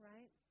Right